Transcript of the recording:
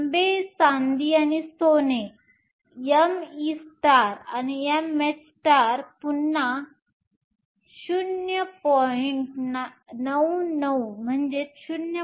तांबे चांदी आणि सोने me आणि mh पुन्हा 0